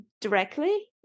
directly